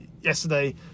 yesterday